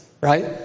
right